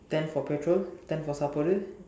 ten for petrol ten for saappadu